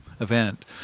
event